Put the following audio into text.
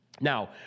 Now